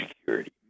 Security